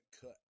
cut